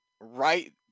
right